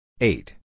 Eight